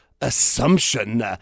assumption